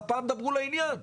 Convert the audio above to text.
אבל הפעם דברו לעניין.